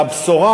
והבשורה,